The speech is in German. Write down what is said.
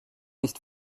nicht